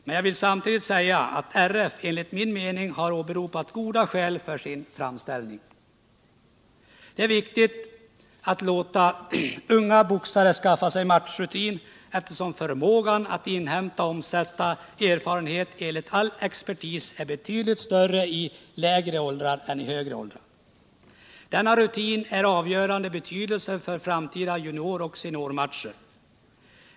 Men jag vill samtidigt säga, att RF enligt min mening har åberopat goda skäl för sin framställning. Det är viktigt att låta unga boxare skaffa sig matchrutin eftersom förmågan att inhämta och omsätta sådan erfarenhet enligt all expertis är betydligt större i lägre åldrar än i högre. Denna rutin är av avgörande betydelse vid framtida junioroch seniormatcher.